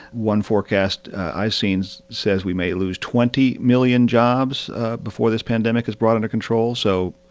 one forecast i've seen so says we may lose twenty million jobs before this pandemic is brought under control so,